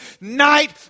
night